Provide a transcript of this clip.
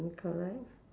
mm correct